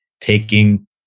taking